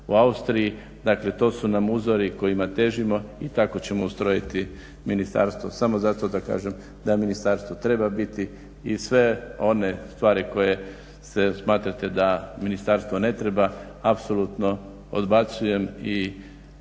u Austriji, dakle to su nam uzori kojima težimo i tako ćemo ustrojiti ministarstvo. Samo zato da kažem da ministarstvo treba biti i sve one stvari koje smatrate da ministarstvo ne treba apsolutno odbacujem i